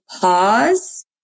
pause